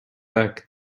back